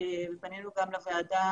פנינו גם לוועדה